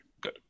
Good